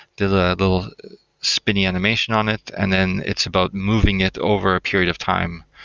the the spinning animation on it, and then it's about moving it over a period of time.